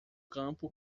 campo